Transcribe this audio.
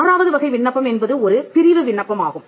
ஆறாவது வகை விண்ணப்பம் என்பது ஒரு பிரிவு விண்ணப்பம் ஆகும்